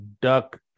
duck